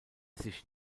sich